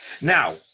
Now